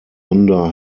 under